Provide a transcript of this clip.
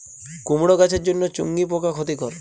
কুমড়ো গাছের জন্য চুঙ্গি পোকা ক্ষতিকর?